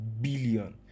billion